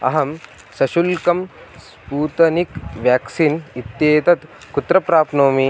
अहं सशुल्कं Sputnik vaccine इत्येतत् कुत्र प्राप्नोमि